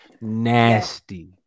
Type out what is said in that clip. Nasty